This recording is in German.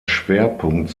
schwerpunkt